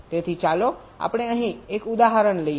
તેથી ચાલો આપણે અહીં એક ઉદાહરણ લઈએ